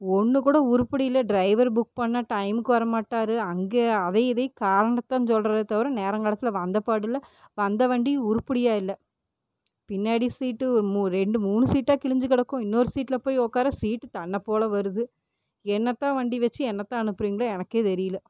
ஒன்று கூட உருப்படி இல்லை டிரைவர் புக் பண்ணால் டைமுக்கு வர மாட்டார் அங்கே அதையும் இதையும் காரணத்தை தான் சொல்கிறாரே தவிர நேரம் கடைசில் வந்தபாடில்லை வந்த வண்டி உருப்படியால்ல பின்னாடி சீட்டு ரெண்டு மூணு சீட்டாக கிழிஞ்சி கிடக்கும் இன்னொரு சீட்டில் போய் உட்கார்ற சீட் தன்ன போல வருது என்னத்தான் வண்டி வச்சு என்னத்தான் அனுப்புகிறிங்களோ எனக்கே தெரியல